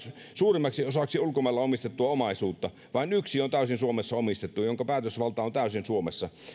suurimmaksi osaksi ulkomailla omistettua omaisuutta vain yksi on täysin suomessa omistettu niin että sen päätösvalta täysin suomessa